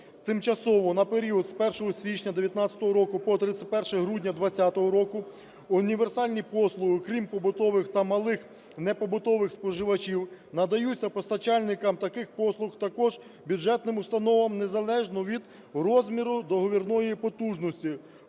тимчасову: "На період з 1 січня 19-го року по 31 грудня 20-го року універсальні послуги, крім побутових та малих непобутових споживачів, надаються постачальникам таких послуг, також бюджетним установам, незалежно від розміру договірної потужності,